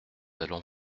allons